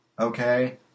okay